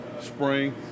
spring